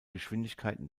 geschwindigkeiten